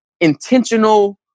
intentional